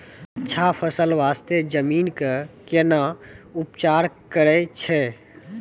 अच्छा फसल बास्ते जमीन कऽ कै ना उपचार करैय छै